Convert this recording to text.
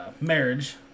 Marriage